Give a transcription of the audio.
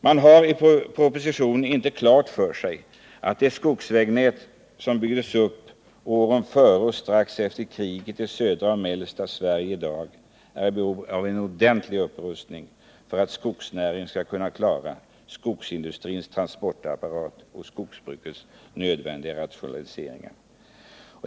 Man har i propositionen inte klart för sig att det skogsvägnät som byggdes upp åren före och strax efter kriget i södra och mellersta Sverige i dag är i behov av en ordentlig upprustning för att skogsnäringen skall kunna klara skogsindustrins transportapparat och skogsbrukets nödvändiga rationalisering.